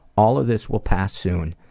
all of this will pass soon,